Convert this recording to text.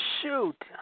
shoot